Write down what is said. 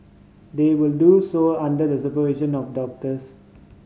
they will do so under the supervision of doctors